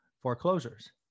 foreclosures